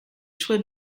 choix